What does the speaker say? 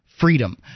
freedom